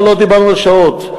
לא דיברנו על שעות,